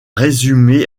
résumé